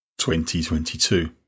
2022